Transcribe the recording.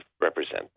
represent